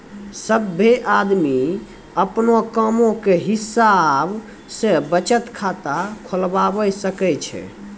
सभ्भे आदमी अपनो कामो के हिसाब से बचत खाता खुलबाबै सकै छै